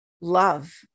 love